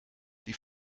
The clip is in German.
die